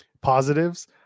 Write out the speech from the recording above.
positives